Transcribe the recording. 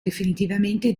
definitivamente